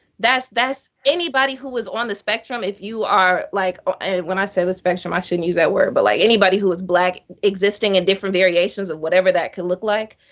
that's that's anybody who is on the spectrum, if you are like are when i say the spectrum, i shouldn't use that word, but like anybody who is black, existing in different variations of whatever that can look like.